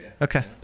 Okay